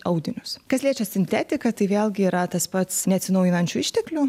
audinius kas liečia sintetiką tai vėlgi yra as pats neatsinaujinančių išteklių